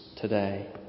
today